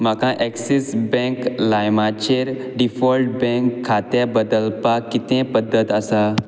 म्हाका Axis bank लायमाचेर default bank खातें बदलपाक कितें पद्दत आसा